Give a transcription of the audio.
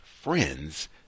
friends